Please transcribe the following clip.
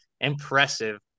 impressive